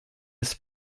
ist